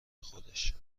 خودش